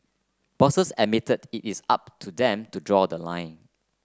bosses admitted it is up to them to draw the line